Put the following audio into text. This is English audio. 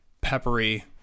peppery